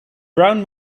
brown